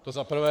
To za prvé.